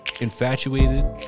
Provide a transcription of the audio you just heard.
infatuated